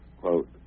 quote